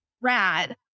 rad